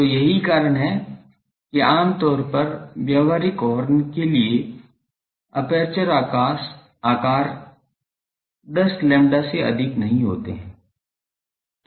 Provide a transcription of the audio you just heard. तो यही कारण है कि आम तौर पर व्यावहारिक हॉर्न के लिए एपर्चर आकार 10 lambda से अधिक नहीं होते हैं